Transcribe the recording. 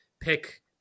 Pick